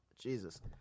Jesus